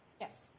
Yes